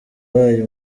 wabaye